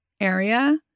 area